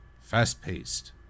fast-paced